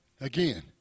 Again